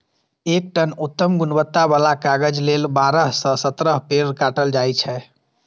एक टन उत्तम गुणवत्ता बला कागज लेल बारह सं सत्रह पेड़ काटल जाइ छै